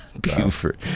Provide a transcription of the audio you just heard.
Buford